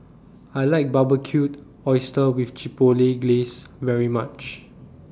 I like Barbecued Oysters with Chipotle Glaze very much